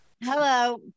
Hello